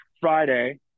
Friday